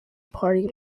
party